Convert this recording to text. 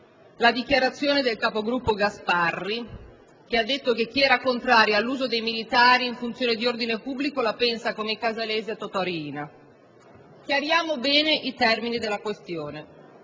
la dichiarazione del capogruppo Gasparri, che ha affermato che chi era contrario all'uso dei militari in funzione di ordine pubblico la pensa come i Casalesi e Totò Riina. Chiariamo bene i termini della questione.